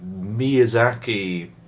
Miyazaki